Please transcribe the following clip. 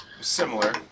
Similar